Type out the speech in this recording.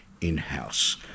in-house